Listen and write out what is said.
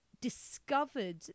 discovered